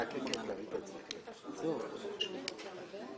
כמו שאהוד גם אמר